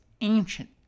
ancient